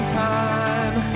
time